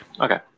Okay